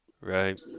right